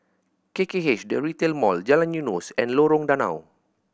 K K H The Retail Mall Jalan Eunos and Lorong Danau